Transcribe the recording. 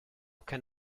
can